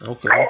Okay